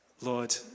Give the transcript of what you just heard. Lord